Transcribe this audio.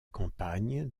campagne